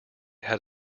had